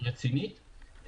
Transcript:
רצינית.